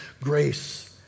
grace